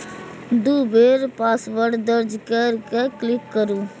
दू बेर पासवर्ड दर्ज कैर के क्लिक करू